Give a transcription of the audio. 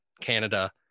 Canada